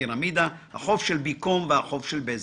הפירמידה החוב של בי-קום והחוב של בזק.